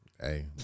Hey